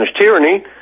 tyranny